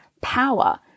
power